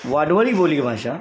वाडवळी बोलीभाषा